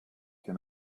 can